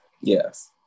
Yes